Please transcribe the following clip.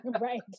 Right